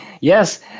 yes